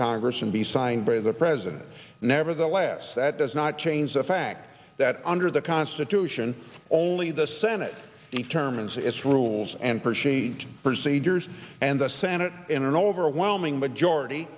congress and be signed by the president nevertheless that does not change the fact that under the constitution only the senate determines its rules and procedures procedures and the senate in an overwhelming majority